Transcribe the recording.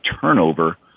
turnover